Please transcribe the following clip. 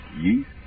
Yeast